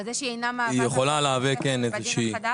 אבל זה שהיא אינה מהווה זכאות נוספת כהגדרתה בדין החדש?